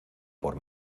por